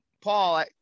Paul